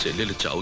ah village um